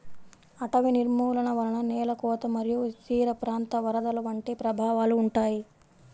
అటవీ నిర్మూలన వలన నేల కోత మరియు తీరప్రాంత వరదలు వంటి ప్రభావాలు ఉంటాయి